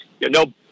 no